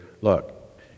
look